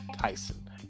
Tyson